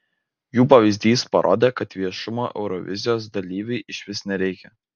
jų pavyzdys parodė kad viešumo eurovizijos dalyviui išvis nereikia